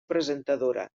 presentadora